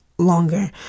longer